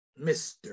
Mr